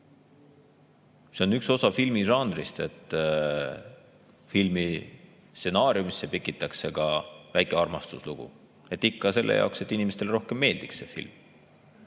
See on üks osa filmižanrist, et filmi stsenaariumisse pikitakse ka väike armastuslugu. Ikka selle jaoks, et inimestele film rohkem meeldiks. Nii